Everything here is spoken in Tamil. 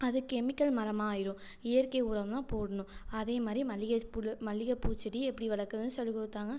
அது கெமிக்கல் மரமாக ஆயிடும் இயற்கை உரம் தான் போடணும் அதே மாதிரி மல்லிகை மல்லிகை பூச்செடி எப்படி வளர்க்கறதுன்னு சொல்லிக் கொடுத்தாங்க